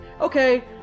Okay